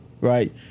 right